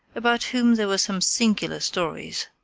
about whom there were some singular stories.